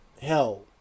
hell